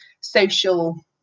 social